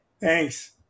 Thanks